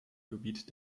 gebiet